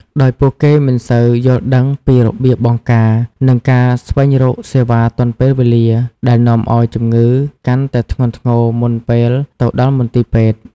ដោយពួកគេមិនសូវយល់ដឹងពីរបៀបបង្ការ និងការស្វែងរកសេវាទាន់ពេលវេលា ដែលនាំឱ្យជំងឺកាន់តែធ្ងន់ធ្ងរមុនពេលទៅដល់មន្ទីរពេទ្យ។